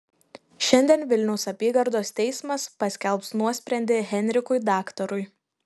šiandien vilniaus apygardos teismas paskelbs nuosprendį henrikui daktarui